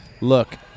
look